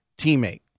Teammate